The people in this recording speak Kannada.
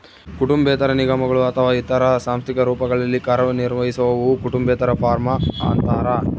ಕುಟುಂಬೇತರ ನಿಗಮಗಳು ಅಥವಾ ಇತರ ಸಾಂಸ್ಥಿಕ ರೂಪಗಳಲ್ಲಿ ಕಾರ್ಯನಿರ್ವಹಿಸುವವು ಕುಟುಂಬೇತರ ಫಾರ್ಮ ಅಂತಾರ